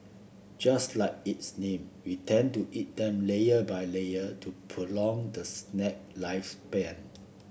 just like its name we tend to eat them layer by layer to prolong the snack lifespan